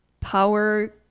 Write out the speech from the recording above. power